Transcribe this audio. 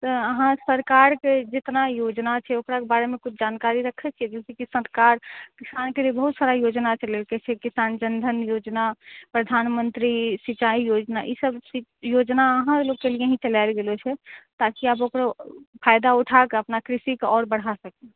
तऽ अहाँ सरकारके जितना योजना छै ओकरा बारेमे किछु जानकारी रखै छियै जइसे कि सरकार किसानके लिए बहुत सारा योजना चलेलकै जइसे कि किसान जनधन योजना प्रधानमन्त्री सिँचाइ योजना इसब सब योजना लोगके लिए ही चलाएल गेलो छै ताकि आब ओकरो फायदा उठाके अपना कृषिके आओर बढ़ा सकी